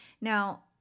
Now